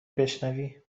بشنوی